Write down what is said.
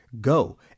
go